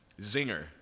zinger